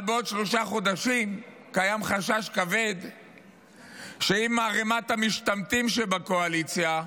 אבל בעוד שלושה חודשים קיים חשש כבד שאם ערימת המשתמטים שבקואליציה,